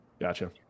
Gotcha